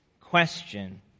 question